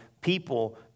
people